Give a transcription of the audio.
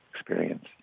experience